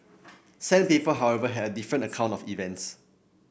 sandpiper however had a different account of events